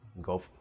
go